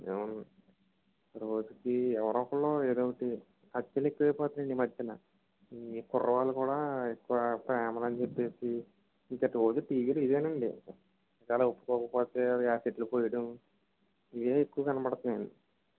రోజుకి ఎవరొక్కళ్ళు ఏదోటి హత్యలు ఎక్కువైపోతున్నాయండి ఈ మధ్యన ఈ కుర్ర వాళ్ళు కూడా ఎక్కువ ప్రేమలని చెప్పి ఇంకా రోజూ టీవీలో ఇదేనండి అలా ఒప్పుకోకపోతే యాసిడ్లు పోయడం ఇవే ఎక్కువ కనపడుతున్నాయండి